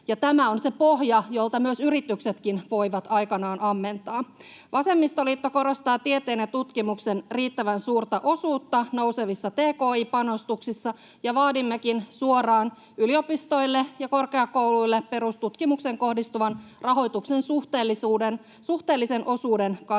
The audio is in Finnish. tämä on se pohja, jolta myös yritykset voivat aikanaan ammentaa. Vasemmistoliitto korostaa tieteen ja tutkimuksen riittävän suurta osuutta nousevissa tki-panostuksissa, ja vaadimmekin suoraan yliopistoille ja korkeakouluille perustutkimukseen kohdistuvan rahoituksen suhteellisen osuuden kasvattamista.